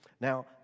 Now